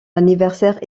anniversaire